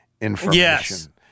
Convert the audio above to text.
information